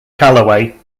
calloway